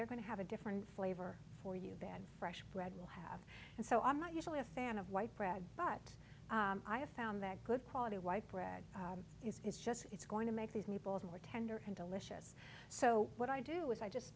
they're going to have a different flavor for you than fresh bread will have and so i'm not usually a fan of white bread but i have found that good quality white bread is just it's going to make these new balls more tender and delicious so what i do is i just